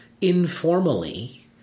informally